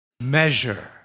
measure